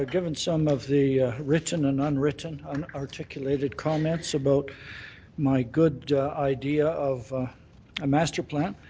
ah given some of the written and unwritten unarticulated comments about my good idea of a master plan.